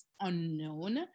unknown